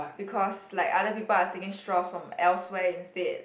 because like other people are taking straws from elsewhere instead